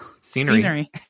scenery